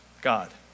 God